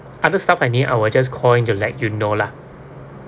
other stuff I need I will just call in to let you know lah